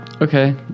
Okay